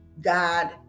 God